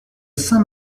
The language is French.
saint